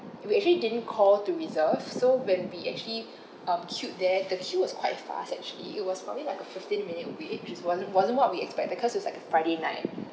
we were actually didn't call to reserve so when we actually um queued there the queue was quite fast actually it was probably like a fifteen minute wait which wasn't wasn't what we expected because it's like a friday night